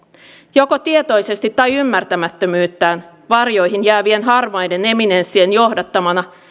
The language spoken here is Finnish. joko tietoisesti tai ymmärtämättömyyttään varjoihin jäävien harmaiden eminenssien johdattamana